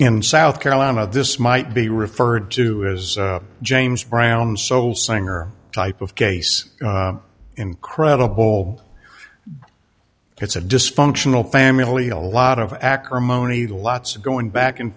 in south carolina this might be referred to as james brown soul singer type of case incredible it's a dysfunctional family a lot of acrimony lots of going back and